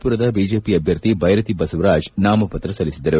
ಪುರದ ಬಿಜೆಪಿ ಅಭ್ಯರ್ಥಿ ಬೈರತಿ ಬಸವರಾಜ್ನಾಮಪತ್ರ ಸಲ್ಲಿಸಿದರು